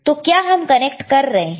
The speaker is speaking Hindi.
तो हम क्या कनेक्ट कर रहे हैं